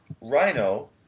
Rhino